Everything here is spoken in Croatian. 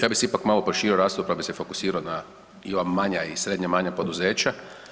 Ja bih si ipak malo proširio raspravu pa bih se fokusirao na i ova manja i srednje manja poduzeća.